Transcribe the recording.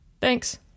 Thanks